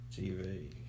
tv